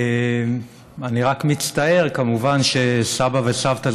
אני רק מצטער כמובן שסבא וסבתא,